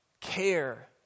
care